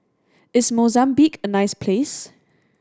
is Mozambique a nice place